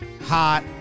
hot